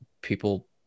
People